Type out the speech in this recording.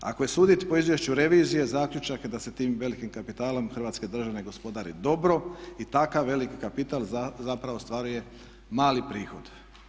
Ako je suditi po izvješću revizije zaključak je da se tim velikim kapitalom Hrvatske države gospodari dobro i takav veliki kapital zapravo ostvaruje mali prihod.